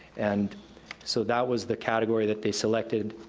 and so that was the category that they selected.